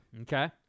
Okay